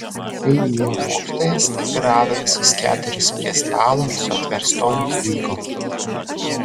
kai įėjo mokytojas taip ir rado visus keturis prie stalo su atverstom knygom